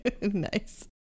Nice